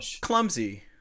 clumsy